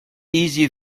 easy